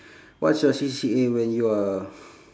what's your C_C_A when you are